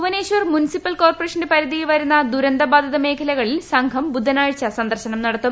Bhubaneswar municipal കോർപ്പ്രേഷന്റെ പരിധിയിൽ വരുന്ന ദുരന്ത ബാധിത മേഖലകളിൽ സംഘം ബുധനാഴ്ച സന്ദർശനം നടത്തും